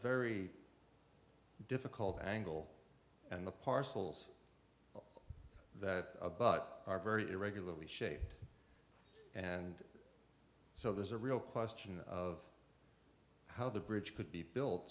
very difficult angle and the parcels that abut are very irregularly shaped and so there's a real question of how the bridge could be built